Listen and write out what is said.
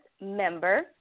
member